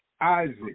Isaac